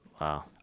wow